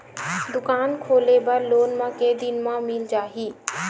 दुकान खोले बर लोन मा के दिन मा मिल जाही?